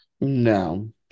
No